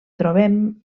trobem